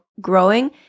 growing